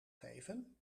geven